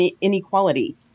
inequality